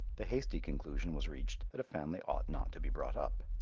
the hasty conclusion was reached that a family ought not to be brought up.